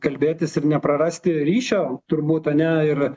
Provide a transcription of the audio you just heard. kalbėtis ir neprarasti ryšio turbūt ar ne ir